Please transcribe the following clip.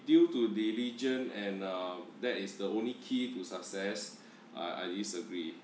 due to diligent and uh that is the only key to success I I disagree